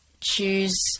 choose